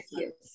yes